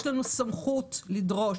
ויש לנו סמכות לדרוש.